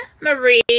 Marie